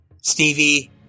Stevie